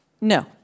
No